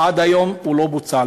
עד היום זה לא בוצע.